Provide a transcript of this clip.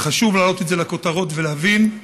אבל חשוב להעלות את זה לכותרות ולהבין.